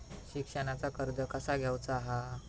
शिक्षणाचा कर्ज कसा घेऊचा हा?